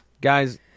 guys